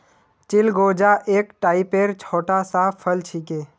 चिलगोजा एक टाइपेर छोटा सा फल छिके